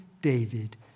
David